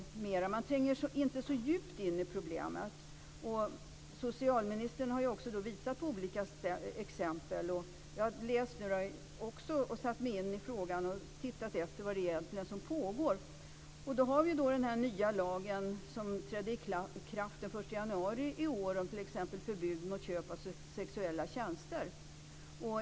Man tränger inte så djupt in i problemet. Socialministern har visat på olika exempel. Jag har också läst och satt mig in i frågan och tittat efter vad som egentligen pågår. En ny lag trädde i kraft den 1 januari i år om förbud mot köp av sexuella tjänster.